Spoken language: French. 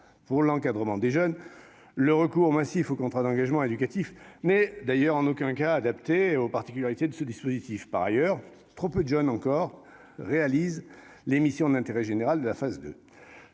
Pour l'encadrement des jeunes, le recours massif au contrat d'engagement éducatif (CEE) n'est en aucun cas adapté aux particularités du dispositif. Par ailleurs, encore trop peu de jeunes réalisent les missions d'intérêt général de la phase 2.